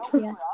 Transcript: Yes